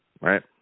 right